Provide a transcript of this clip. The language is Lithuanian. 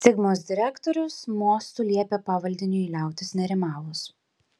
sigmos direktorius mostu liepė pavaldiniui liautis nerimavus